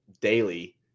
daily